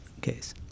case